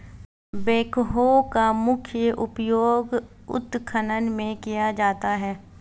backhoe का मुख्य उपयोग उत्खनन में किया जाता है